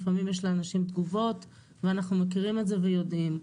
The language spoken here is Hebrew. לפעמים יש לאנשים תגובות ואנחנו מכירים את זה ויודעים.